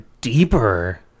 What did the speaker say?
deeper